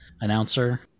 announcer